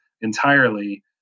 entirely